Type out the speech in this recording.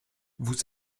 vous